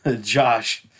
Josh